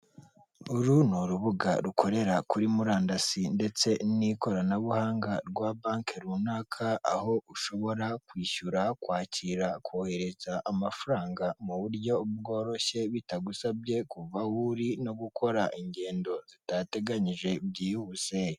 Uru n’urubuga rukorera kuri murandasi ndetse n'ikoranabuhanga rwa banki runaka aho ushobora kwishyura, kwakira, kohereza, amafaranga mu buryo bworoshye bitagusabye kuva aho uri, no gukora ingendo zitateganyije byihuse.